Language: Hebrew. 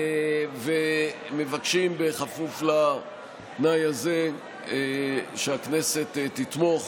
ומבקשים, בכפוף לתנאי הזה, שהכנסת תתמוך